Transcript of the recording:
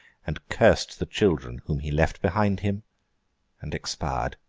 and cursed the children whom he left behind him and expired.